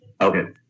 Okay